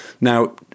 Now